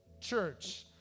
church